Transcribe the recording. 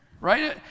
right